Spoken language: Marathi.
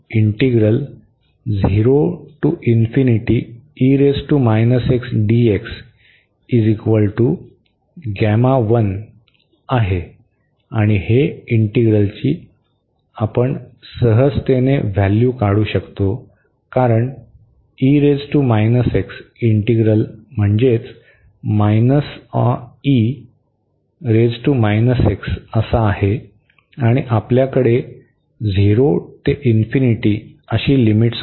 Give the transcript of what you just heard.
तर आपल्याकडे आहे आणि हे इंटीग्रलची आपण सहजतेने व्हॅल्यू काढू शकतो कारण इंटीग्रल म्हणजे आहे आणि आपल्याकडे 0 ते असे लिमिट आहे